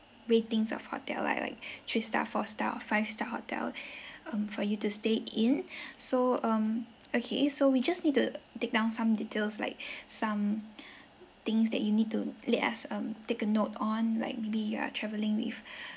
ratings of hotel like like three star four star or five star hotel um for you to stay in so um okay so we just need to take down some details like some things that you need to let us um take a note on like maybe you are travelling with